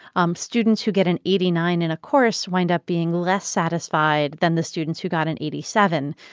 um students who get an eighty nine in a course wind up being less satisfied than the students who got an eighty seven.